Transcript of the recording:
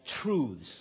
truths